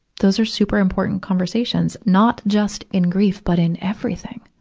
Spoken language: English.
those are super important conversations, not just in grief, but in everything.